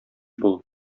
бул